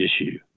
issue